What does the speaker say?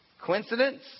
Coincidence